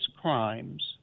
crimes—